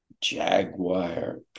jaguar